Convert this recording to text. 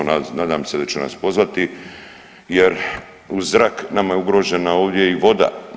Nadam se da će nas pozvati jer uz zrak nama je ugrožena ovdje i voda.